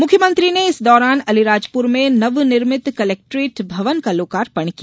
मुख्यमंत्री ने इस दौरान अलीराजपुर में नव निर्मित कलेक्ट्रेट भवन का लोकार्पण किया